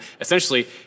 essentially